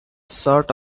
sort